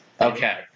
Okay